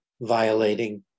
violating